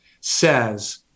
says